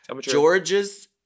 George's